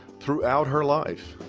throughout her life.